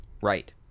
Right